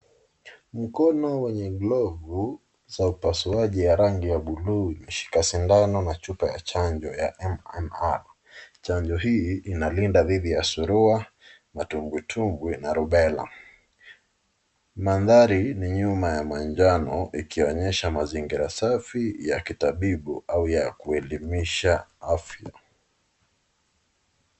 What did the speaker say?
Mkono wenye glovu za upasuaji wa rangi ya buluu umeshika sindano na chupa ya chanjo ya MMR . Chanjo hii inalinda dhidi ya: surua, matumbwitumbwi na Rubela. Mandhari ni nyumba ya manjano ikionyesha mazingira safi ya kitabibu au ya kuelimisha afya.